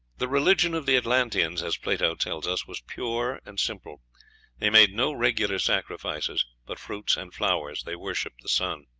the religion of the atlanteans, as plato tells us, was pure and simple they made no regular sacrifices but fruits and flowers they worshipped the sun.